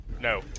No